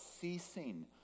ceasing